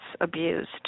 abused